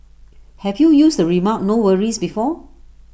have you used the remark no worries before